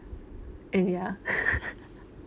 and ya